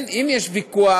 אם יש ויכוח,